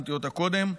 ציינתי אותה קודם,